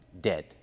dead